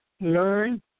learn